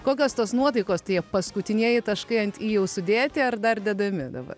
kokios tos nuotaikos tie paskutinieji taškai ant jau sudėti ar dar dedami dabar